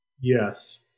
Yes